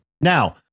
Now